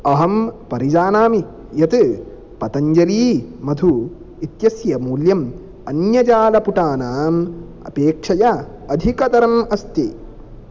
अहं परिजानामि यत् पतञ्जलिमधु इत्यस्य मूल्यम् अन्यजालपुटानाम् अपेक्षया अधिकतरम् अस्ति